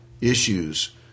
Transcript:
issues